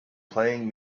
playing